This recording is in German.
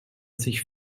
sich